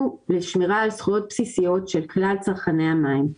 לשמירה על זכויות בסיסיות של כלל צרכני המים.